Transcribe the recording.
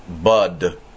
bud